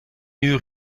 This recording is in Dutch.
uur